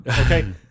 Okay